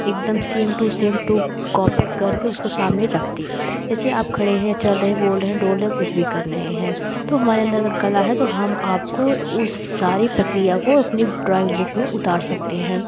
एक दम same to same टू कॉपी करके उसको सामने रख दें जैसे आप खड़े हैं चल रहे हैं बोल रहे हैं डोल रहे हैं कुछ भी कर रहे हैं तो हमारे अंदर अगर कला है तो हम आपको उस सारी प्रक्रिया को अपनी ड्राइंग बुक में उतार सकते हैं